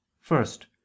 First